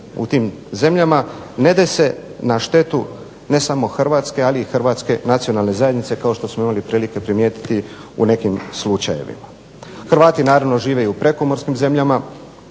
u tim zemljama ne dese na štetu ne samo Hrvatske ali i hrvatske nacionalne zajednice kao što smo imali prilike primijetiti u nekim slučajevima. Hrvati naravno žive i u prekomorskim zemljama,